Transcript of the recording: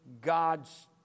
God's